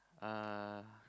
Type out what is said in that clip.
uh